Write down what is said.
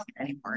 anymore